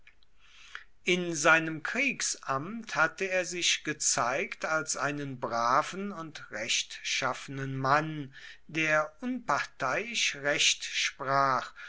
in seinem kriegsamt hatte er sich gezeigt als einen braven und rechtschaffenen mann der unparteiisch recht sprach